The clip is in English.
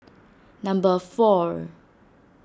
number four